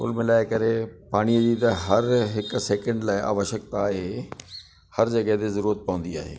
कुल मिलाइ करे पाणीअ जी त हर हिक सेकेंड लाइ आवश्यकता आहे हर जॻह ते जरूरत पवंदी आहे